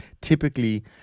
typically